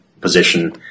position